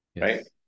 right